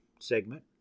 segment